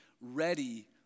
ready